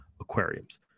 aquariums